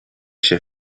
się